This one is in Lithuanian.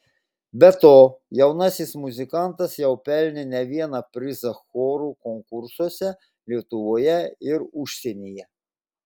be to jaunasis muzikas jau pelnė ne vieną prizą chorų konkursuose lietuvoje ir užsienyje